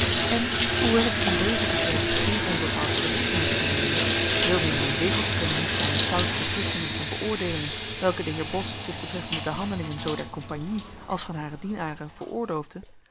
en hoewel ik ten deze begreep geen onbepaald krediet te moeten verleenen veelmin mijn zegel te kunnen hechten aan de stoute beslissingen en beoordeelingen welke de heer bos zich betreffende de handelingen zoo der compagnie als van hare dienaren